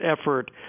effort